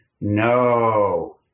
no